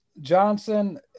Johnson